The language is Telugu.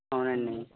అవునండి